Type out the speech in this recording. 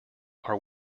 are